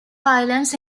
pylons